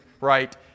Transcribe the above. Right